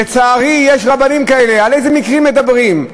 "לצערי יש רבנים כאלה" על איזה מקרים מדברים?